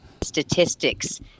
statistics